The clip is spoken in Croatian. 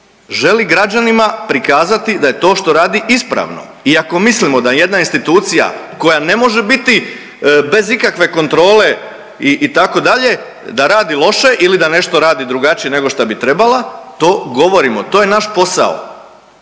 želi građanima prikazati da je to što radi ispravno i ako mislimo da jedna institucija koja ne može biti bez ikakve kontrole itd. da radi loše ili da nešto radi drugačije nego šta bi trebala to govorimo, to je naš posao.